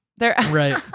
Right